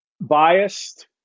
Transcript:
Biased